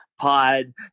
pod